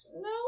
No